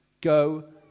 Go